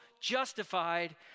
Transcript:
justified